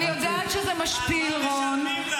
על מה משלמים לך?